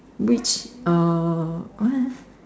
which uh what